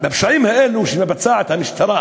בפשעים האלו שמבצעת המשטרה